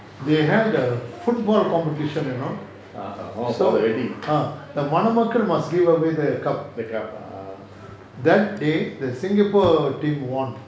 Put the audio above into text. they had a football competition you know the மணமக்கள்:manamakkal must give away the cup that day the singapore team won